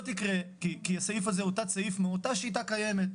תקרה כי הסעיף הזה הוא תת סעיף מאותה שיטה קיימת.